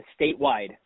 statewide